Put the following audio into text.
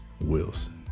Wilson